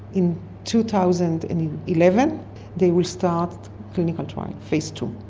in two thousand and eleven they will start clinical trials, phase two.